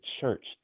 church